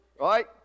right